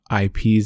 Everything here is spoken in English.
IPs